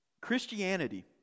Christianity